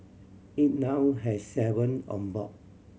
it now has seven on board